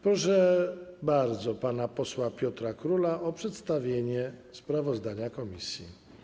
Proszę bardzo pana posła Piotra Króla o przedstawienie sprawozdania komisji.